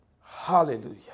Hallelujah